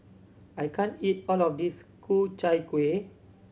I can't eat all of this Ku Chai Kuih